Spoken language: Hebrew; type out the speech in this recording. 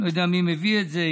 אני לא יודע מי מביא את זה,